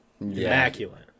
immaculate